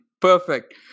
Perfect